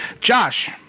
Josh